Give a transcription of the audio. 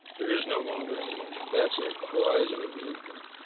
there is no longer any land, that's it, the horizon of the infinite.